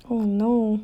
oh no